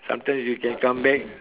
sometimes you can come back